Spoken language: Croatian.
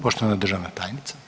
Poštovana državna tajnica.